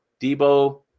Debo –